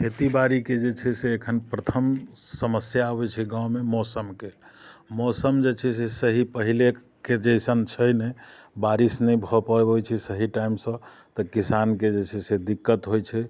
खेतीबाड़ीके जे छै से एखन प्रथम समस्या होइ छै गाँवमे मौसमके मौसम जे छै से सही पहिलेके जैसन छै नहि बारिस नहि भऽ पबै छै सही टाइमसँ किसानके जे छै से दिक्कत होइ छै